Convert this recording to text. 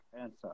answer